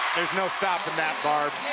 there's no stopping that, barb.